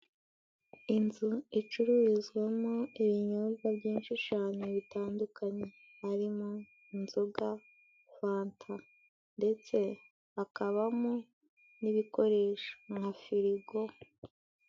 Inzu icururizwamo ibinyobwa byinshi cane bitandukanye arimo nzoga, fanta ndetse hakabamo n'ibikoresho nka firigo.